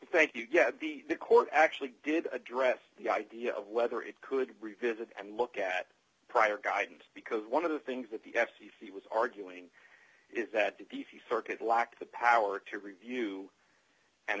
thank you get the court actually did address the idea of whether it could revisit and look at prior guidance because one of the things that the f c c was arguing is that if you circuit lacked the power to review and